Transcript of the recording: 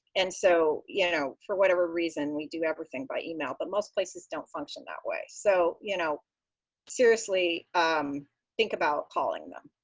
and so, you know for whatever reason, we do everything by email. but most places don't function that way. so, you know seriously think about calling them.